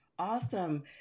Awesome